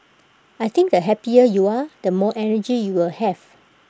I think the happier you are the more energy you will have